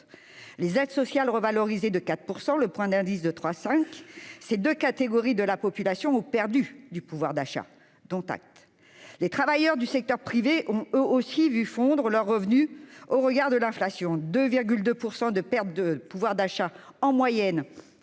Les aides sociales ont été revalorisées de 4 %, le point d'indice de 3,5 %: ces deux catégories de la population ont donc perdu du pouvoir d'achat. Dont acte ! Les travailleurs du secteur privé ont, eux aussi, vu fondre leur revenu au regard de l'inflation : on déplore 2,2 % de perte de pouvoir d'achat, en moyenne,